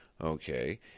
okay